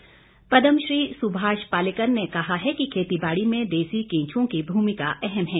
पालेकर पद्म श्री सुभाष पालेकर ने कहा है कि खेती बाड़ी में देसी केंचुओं की भूमिका अहम है